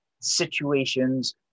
situations